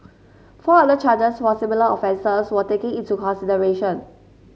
four other charges for similar offences were taken into consideration